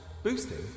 Boosting